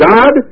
God